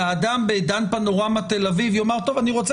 והאדם בדן פנורמה תל אביב יאמר: אני רוצה